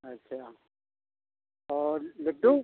अच्छा और लड्डू